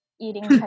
eating